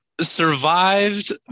survived